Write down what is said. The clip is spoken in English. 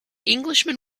englishman